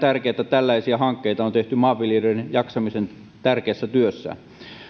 tärkeätä että tällaisia hankkeita on tehty maanviljelijöiden jaksamisen tärkeässä työssään